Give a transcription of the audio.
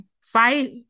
fight